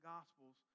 Gospels